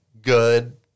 Good